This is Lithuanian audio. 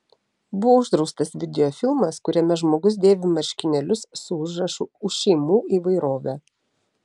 buvo uždraustas videofilmas kuriame žmogus dėvi marškinėlius su užrašu už šeimų įvairovę